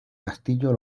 castillo